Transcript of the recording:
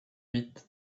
huit